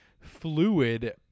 fluid